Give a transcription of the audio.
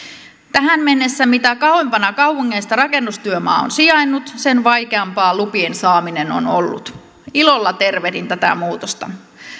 tähän mennessä mitä kauempana kaupungeista rakennustyömaa on sijainnut sen vaikeampaa lupien saaminen on ollut ilolla tervehdin tätä muutosta